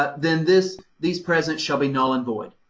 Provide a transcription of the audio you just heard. ah then this, these presents shall be null and void.